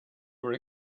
were